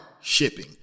shipping